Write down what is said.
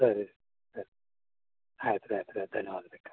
ಸರಿ ಸರಿ ಆಯ್ತು ರಿ ಆಯ್ತು ರಿ ಆಯ್ತು ಧನ್ಯವಾದ